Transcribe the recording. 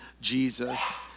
Jesus